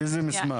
באיזה מסמך?